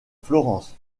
florence